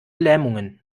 lähmungen